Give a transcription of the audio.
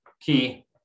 key